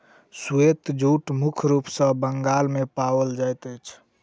श्वेत जूट मुख्य रूप सॅ बंगाल मे पाओल जाइत अछि